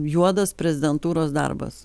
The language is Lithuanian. juodas prezidentūros darbas